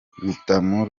rutamu